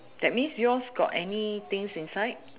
that means yours got anythings inside